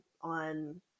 on